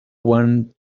one